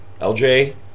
LJ